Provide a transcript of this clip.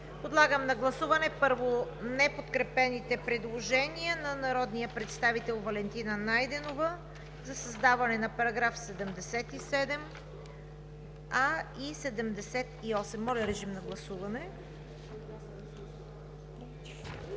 Подлагам на гласуване първо неподкрепените предложения на народния представител Валентина Найденова за създаване на § 77а и § 78. Гласували